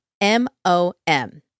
M-O-M